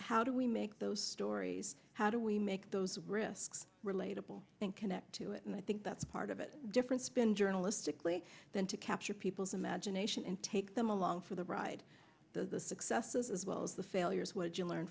how do we make those stories how do we make those risks relatable i think connect to it and i think that's part of it different spin journalistically than to capture people's imagination and take them along for the ride the successes as well as the failures what you learn